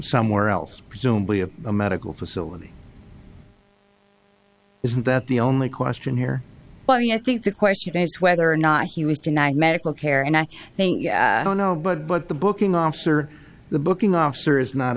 somewhere else presumably of a medical facility isn't that the only question here but i think the question is whether or not he was denied medical care and i think i don't know but what the booking officer the booking officer is not